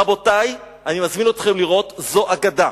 רבותי, אני מזמין אתכם לראות, זו אגדה.